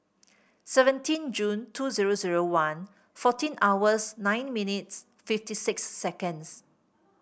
seventeen Jun two zero zero one fourteen hours nine minutes fifty six seconds